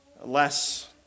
less